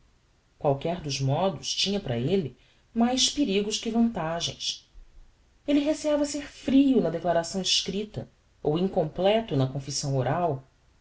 qualquer dos modos tinha para elle mais perigos que vantagens elle receiava ser frio na declaração escripta ou incompleto na confissão oral